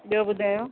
ॿियो ॿुधायो